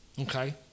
Okay